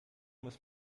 muss